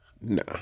No